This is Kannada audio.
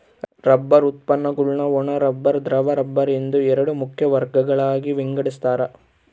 ರಬ್ಬರ್ ಉತ್ಪನ್ನಗುಳ್ನ ಒಣ ರಬ್ಬರ್ ದ್ರವ ರಬ್ಬರ್ ಎಂದು ಎರಡು ಮುಖ್ಯ ವರ್ಗಗಳಾಗಿ ವಿಂಗಡಿಸ್ತಾರ